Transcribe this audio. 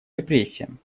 репрессиям